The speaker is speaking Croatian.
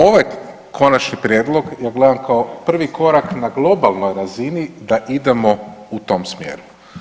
Ovaj konačni prijedlog ja gledam kao prvi korak na globalnoj razini da idemo u tom smjeru.